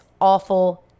awful